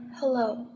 Hello